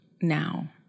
now